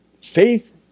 Faith